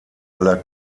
aller